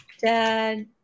Dad